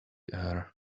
air